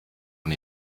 und